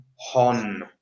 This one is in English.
Hon